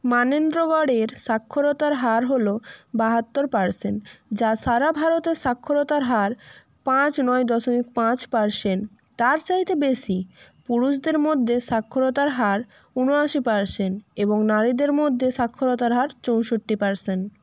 মানেন্দ্রগড়ের সাক্ষরতার হার হলো বাহাত্তর পার্সেন্ট যা সারা ভারতের সাক্ষরতার হার পাঁচ নয় দশমিক পাঁচ পার্সেন্ট তার চাইতে বেশি পুরুষদের মধ্যে সাক্ষরতার হার উনআশি পার্সেন্ট এবং নারীদের মধ্যে সাক্ষরতার হার চৌষট্টি পার্সেন্ট